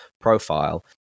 profile